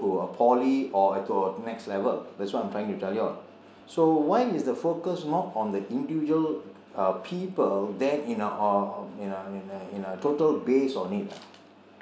to poly or to a next level that is what I am trying to tell you all so why is the focus not on the individual uh people than in a or in a total base on it ah